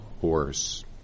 horse